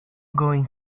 going